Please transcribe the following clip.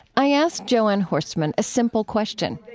i asked jo anne horstmann a simple question,